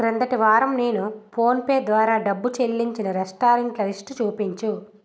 క్రిందటి వారం నేను ఫోన్పే ద్వారా డబ్బు చెల్లించిన రెస్టారెంట్ల లిస్టు చూపించుము